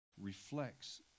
reflects